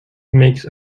makes